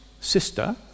sister